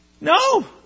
No